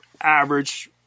average